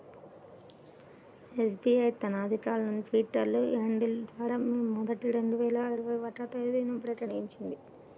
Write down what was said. SBI తన అధికారిక Twitter handle ద్వారా మే మొదటి, రెండు వేల ఇరవై ఒక్క తేదీన ప్రకటించింది